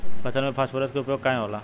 फसल में फास्फोरस के उपयोग काहे होला?